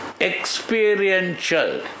experiential